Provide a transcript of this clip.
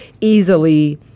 easily